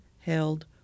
held